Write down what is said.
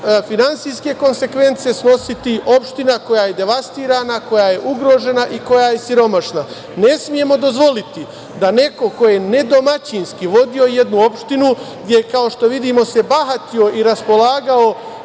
finansijske konsekvence snositi opština koja je devastirana, koja je ugrožena i koja je siromašna. Ne smemo dozvoliti da neko ko je nedomaćinski vodio jednu opštinu, gde je, kao što vidimo se bahatio i raspolagao